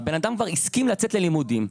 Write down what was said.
הבן אדם כבר הסכים לצאת ללימודים,